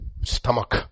Stomach